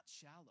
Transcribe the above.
shallow